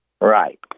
Right